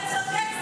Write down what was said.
אתה צודק.